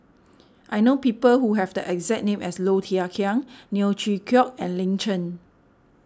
I know people who have the exact name as Low Thia Khiang Neo Chwee Kok and Lin Chen